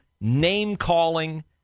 name-calling